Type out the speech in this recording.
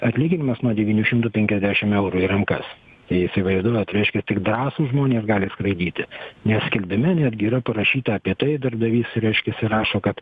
atlyginimas nuo devyni šimtai penkiasdešimt eurų į rankas įsivaizduojat reiškia tik drąsūs žmonės gali skraidyti nes skelbime netgi yra parašyta apie tai darbdavys reiškiasi rašo kad